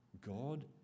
God